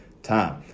time